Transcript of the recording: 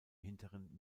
hinteren